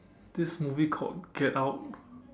this movie called get out